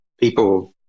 people